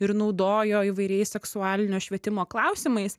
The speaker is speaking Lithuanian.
ir naudojo įvairiais seksualinio švietimo klausimais